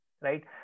right